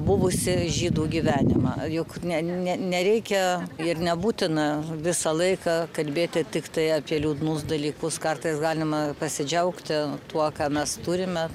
buvusį žydų gyvenimą juk ne ne nereikia ir nebūtina visą laiką kalbėti tiktai apie liūdnus dalykus kartais galima pasidžiaugti tuo ką mes turime